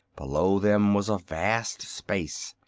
below them was a vast space,